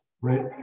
right